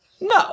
No